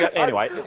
yeah anyway